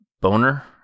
boner